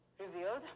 Revealed